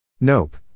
Nope